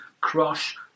crush